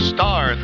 Star